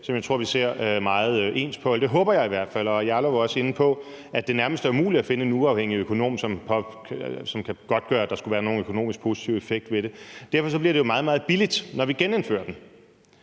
som jeg tror vi ser meget ens på – eller det håber jeg i hvert fald – og hr. Rasmus Jarlov var også inde på, at det nærmest er umuligt at finde en uafhængig økonom, som kan godtgøre, at der skulle være nogen økonomisk positiv effekt ved det. Derfor bliver det jo også meget, meget billigt, når vi genindfører den,